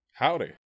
Howdy